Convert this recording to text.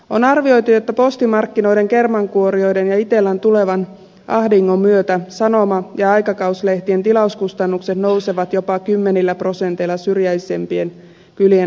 on arvioitu että postimarkkinoiden kermankuorijoiden ja itellan tulevan ahdingon myötä sanoma ja aikakauslehtien tilauskustannukset nousevat jopa kymmenillä prosenteilla syrjäisempien kylien asukkaille